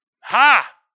Ha